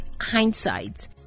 hindsight